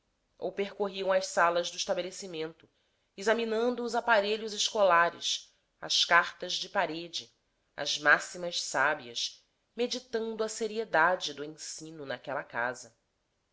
ou percorriam as salas do estabelecimento examinando os aparelhos escolares as cartas de parede as máximas sábias meditando a seriedade do ensino naquela casa